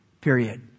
period